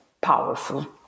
powerful